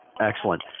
Excellent